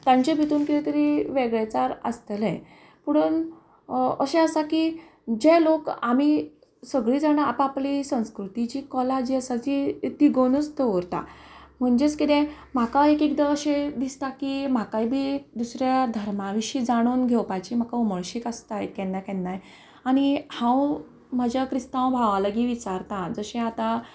तांचे भितून कितें तरी वेगळेचार आसतले पुणून अशें आसा की जे लोक आमी सगळी जाणां आपापली संस्कृतीची कला जी आसा ती तिगोनूच दवरता म्हणजेच कितें म्हाका एक एकदां अशें दिसता की म्हाकाय बी दुसऱ्या धर्मा विशी जाणून घेवपाची म्हाका उमळशीक आसता केन्ना केन्नाय आनी हांव म्हज्या क्रिस्तांव भावा लागी विचारतां जशें आतां